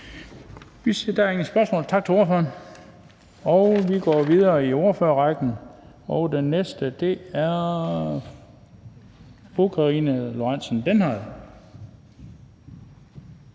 Der er ingen spørgsmål. Tak til ordføreren. Vi går videre i ordførerrækken, og den næste er fru Karina Lorentzen Dehnhardt.